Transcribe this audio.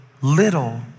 little